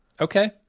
Okay